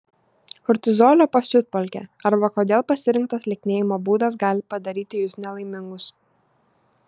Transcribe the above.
kortizolio pasiutpolkė arba kodėl pasirinktas lieknėjimo būdas gali padaryti jus nelaimingus